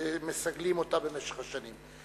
שמסגלים אותה במשך השנים.